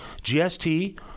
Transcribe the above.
GST